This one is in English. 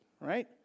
Right